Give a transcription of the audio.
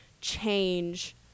change